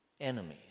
enemies